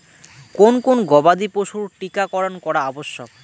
কোন কোন গবাদি পশুর টীকা করন করা আবশ্যক?